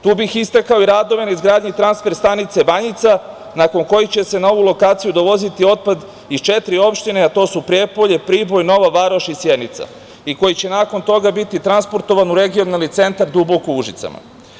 Tu bih istakao i radove na izgradnji transfer stanice Banjica nakon kojih će se na ovu lokaciju dovoziti otpad iz četiri opštine, a to su Prijepolje, Priboj, Nova Varoš i Sjenica i koji će nakon toga biti transportovan u regionalni centar Duboko u Užicu.